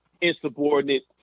insubordinate